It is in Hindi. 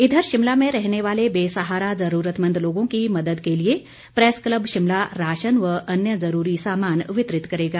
इधर शिमला में रहने वाले बेसहारा ज़रूरतमंद लोगों की मदद के लिए प्रेस क्लब शिमला राशन व अन्य ज़रूरी सामान वितरित करेगा